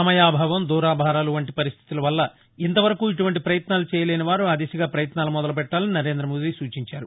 సమయాభావం దూరాభారాలు వంటి పరిస్థికుల వల్ల ఇంతవరకు ఇటువంటి పయత్నాలు చేయలేని వారు ఆ దిశగా ప్రయత్నాలు మొదలు పెట్లాలని నరేంద్ర మోదీ సూచించారు